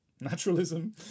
naturalism